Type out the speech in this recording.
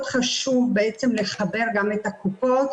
מאוד חשוב בעצם לחבר גם את הקופות.